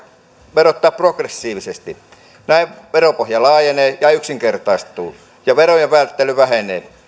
verottaa progressiivisesti näin veropohja laajenee ja yksinkertaistuu ja verojen välttely vähenee